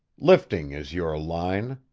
lifting is your line,